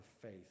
faith